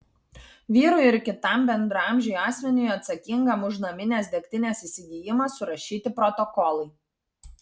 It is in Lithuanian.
vyrui ir kitam bendraamžiui asmeniui atsakingam už naminės degtinės įsigijimą surašyti protokolai